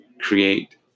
create